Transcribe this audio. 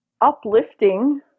Uplifting